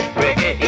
reggae